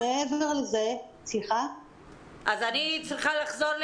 אז אני צריכה לחזור לחגי,